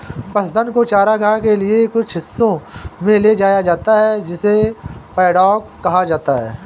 पशुधन को चरागाह के कुछ हिस्सों में ले जाया जाता है जिसे पैडॉक कहा जाता है